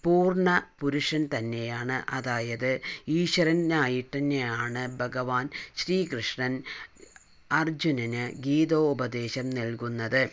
പൂർണ്ണ പുരുഷൻ തന്നെയാണ് അതായത് ഈശ്വരനായിത്തന്നെയാണ് ഭഗവാൻ ശ്രീകൃഷ്ണൻ അർജുനന് ഗീതോപദേശം നൽകുന്നത്